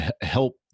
help